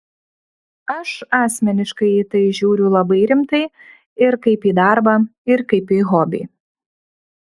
aš asmeniškai į tai žiūriu labai rimtai ir kaip į darbą ir kaip į hobį